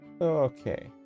Okay